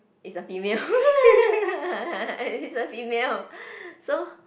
it's a female it's a female so